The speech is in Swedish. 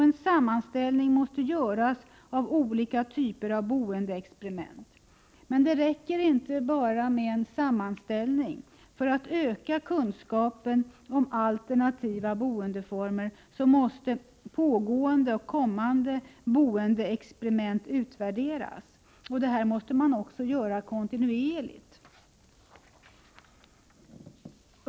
En sammanställning måste göras av olika typer av boendeexperiment. Men det räcker inte med bara en sammanställning. För att öka kunskapen om alternativa boendeformer måste pågående och kommande boendeexperiment utvärderas. Och detta måste göras kontinuerligt.